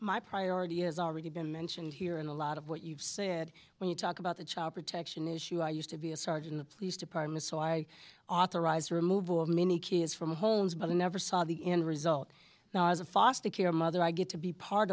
my priority is already been mentioned here and a lot of what you've said when you talk about the chopper texan issue i used to be a sergeant of police department so i authorized the removal of many kids from homes but i never saw the end result was a foster care mother i get to be part